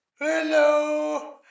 Hello